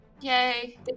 Yay